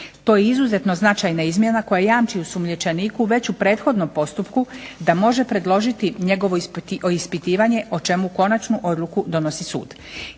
To je izuzetno značajna izmjena koja jamči osumnjičeniku već u prethodnom postupku da može predložiti njegovo ispitivanje o čemu konačnu odluku donosi sud.